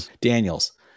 Daniels